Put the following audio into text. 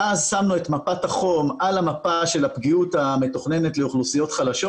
ואז שמנו את מפת החום על המפה של הפגיעות המתוכננת לאוכלוסיות חלשות